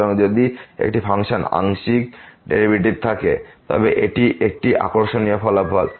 সুতরাং যদি একটি ফাংশন আংশিক ডেরিভেটিভ থাকতে পারে তবে এটি একটি আকর্ষণীয় ফলাফল